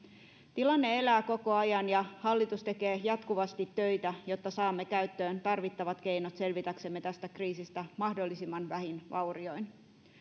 tilanne elää koko ajan ja hallitus tekee jatkuvasti töitä jotta saamme käyttöön tarvittavat keinot selvitäksemme tästä kriisistä mahdollisimman vähin vaurioin